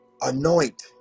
anoint